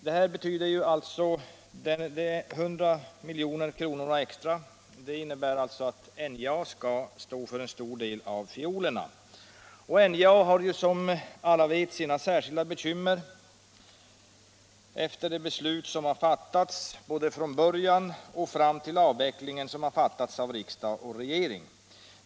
De ytterligare 100 miljoner kronorna innebär alltså att NJA skall stå för en stor del av fiolerna. Men NJA har, som alla vet, sina särskilda bekymmer efter de beslut som från början och fram till avvecklingen har fattats av riksdag och regering.